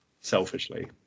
selfishly